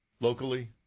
Locally